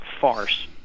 farce